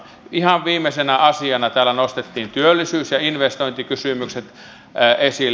ihan viimeisenä asiana täällä nostettiin työllisyys ja investointikysymykset esille